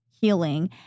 healing